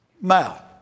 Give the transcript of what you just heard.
mouth